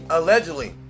Allegedly